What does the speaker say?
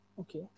Okay